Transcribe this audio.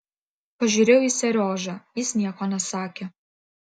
pažiūrėjau į seriožą jis nieko nesakė